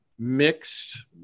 Mixed